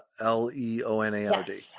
L-E-O-N-A-R-D